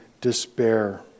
despair